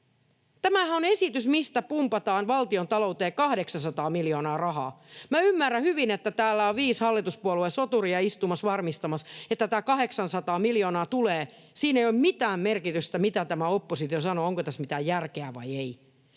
Tämähän on esitys, mistä pumpataan valtion talouteen 800 miljoonaa rahaa. Minä ymmärrän hyvin, että täällä on viisi hallituspuolueen soturia istumassa ja varmistamassa, että tämä 800 miljoonaa tulee. Siinä ei ole mitään merkitystä sillä, mitä tämä oppositio sanoo, onko tässä mitään järkeä vai ei.